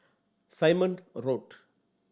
Simon Road